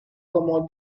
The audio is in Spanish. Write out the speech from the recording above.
como